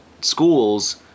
schools